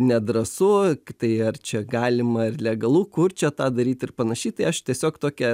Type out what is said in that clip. nedrąsu tai ar čia galima ir legalu kur čia tą daryt ir panašiai tai aš tiesiog tokią